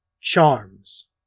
Charms